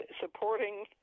supporting